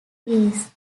greece